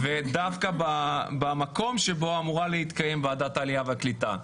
ודווקא במקום שבו אמורה להתקיים ועדת העלייה והקליטה.